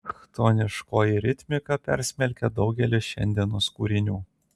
chtoniškoji ritmika persmelkia daugelį šiandienos kūrinių